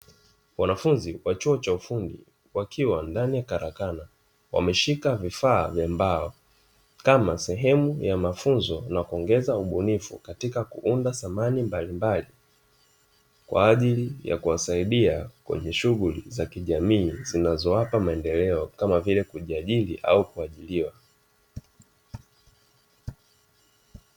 Wanafunzi wa chuo cha ufundi wakiwa ndani ya karakana wameshika vifaa vya mbao, kama sehemu ya mafunzo na kuongeza ubunifu katika kuunda thamani mbalimbali, kwa ajili ya kuwasaidia kwenye shughuli za kijamii zinazowapa maendeleo kama vile kujiajiri au kuajiriwa.